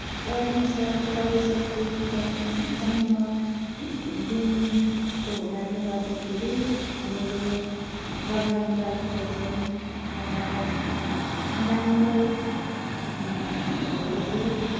परमेश्वर प्रभु यिसु ख्रिस्ट जन्म जन्मदिनको हुनाले गर्दाखेरि हामीले प्रोग्राम राखेको थियौँ र राम्रो भएको थियो